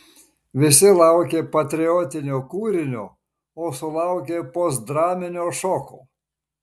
visi laukė patriotinio kūrinio o sulaukė postdraminio šoko